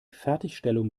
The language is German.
fertigstellung